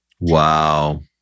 wow